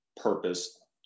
purpose